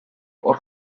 hor